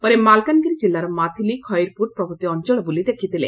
ପରେ ମାଲକାନଗିରି ଜିଲ୍ଲାର ମାଥିଲି ଖଇରପୁଟ ପ୍ରଭୂତି ଅଂଚଳ ବୁଲି ଦେଖିଥିଲେ